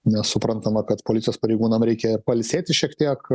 nes suprantama kad policijos pareigūnam reikia pailsėti šiek tiek